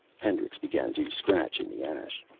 hendricks began to scratch in the ash.